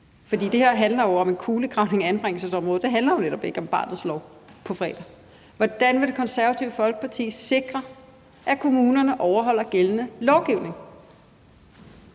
for det her handler jo om en kulegravning af anbringelsesområdet; det handler jo netop ikke om barnets lov på fredag – at kommunerne overholder gældende lovgivning?